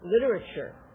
literature